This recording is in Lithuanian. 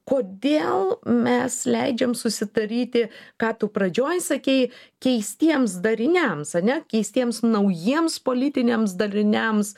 kodėl mes leidžiam susidaryti ką tu pradžioj sakei keistiems dariniams ane keistiems naujiems politiniams dariniams